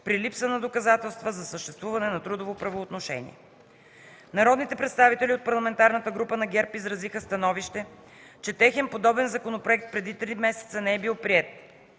при липса на доказателства за съществуване на трудово правоотношение. Народните представители от Парламентарната група на ГЕРБ изразиха становище, че техен подобен законопроект преди три месеца не е бил приет.